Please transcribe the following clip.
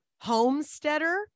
homesteader